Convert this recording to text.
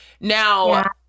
Now